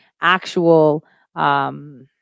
actual